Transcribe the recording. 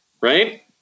right